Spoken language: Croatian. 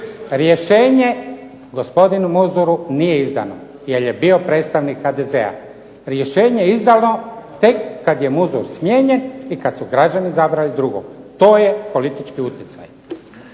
Rješenje gospodinu Muzuru nije izdano, jer je bio predstavnik HDZ-a. Rješenje je izdano tek kad je Muzur smijenjen i kad su građani izabrali drugog. To je politički utjecaj.